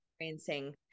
experiencing